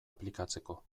aplikatzeko